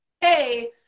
hey